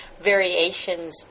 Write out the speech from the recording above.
variations